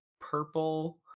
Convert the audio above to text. purple